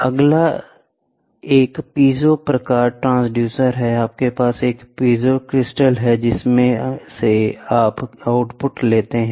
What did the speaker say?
अगले एक पीजो प्रकार ट्रांसड्यूसर है आप के पास एक पीजो क्रिस्टल है जिसमें से आप आउटपुट लेते हैं